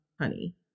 honey